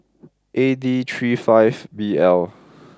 A D three five B L